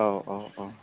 औ औ औ